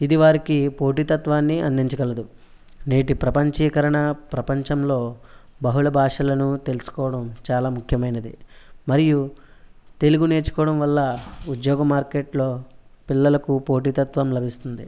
ఇది వారికి పోటీతత్వాన్ని అందించగలదు నేటి ప్రపంచీకరణ ప్రపంచంలో బహుళ భాషలను తెలుసుకోవడం చాలా ముఖ్యమైనది మరియు తెలుగు నేర్చుకోవడం వల్ల ఉద్యోగ మార్కెట్లో పిల్లలకు పోటీతత్వం లభిస్తుంది